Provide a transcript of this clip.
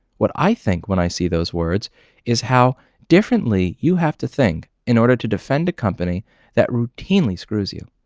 what i think when i see those words is how differently you have to think in order to defend the company that routinely screws you.